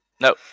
no